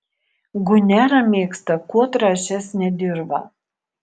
gunera mėgsta kuo trąšesnę dirvą